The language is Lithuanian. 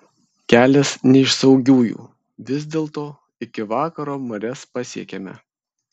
kelias ne iš saugiųjų vis dėlto iki vakaro marias pasiekėme